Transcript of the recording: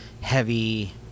heavy